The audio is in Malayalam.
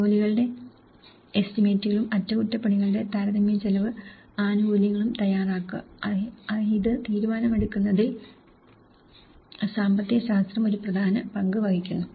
ജോലികളുടെ എസ്റ്റിമേറ്റുകളും അറ്റകുറ്റപ്പണികളുടെ താരതമ്യ ചെലവ് ആനുകൂല്യങ്ങളും തയ്യാറാക്കുക ഇത് തീരുമാനമെടുക്കുന്നതിൽ സാമ്പത്തിക ശാസ്ത്രം ഒരു പ്രധാന പങ്ക് വഹിക്കുന്നു